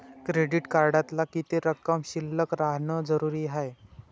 Credit कार्डात किती रक्कम शिल्लक राहानं जरुरी हाय?